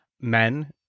men